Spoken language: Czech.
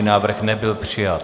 Návrh nebyl přijat.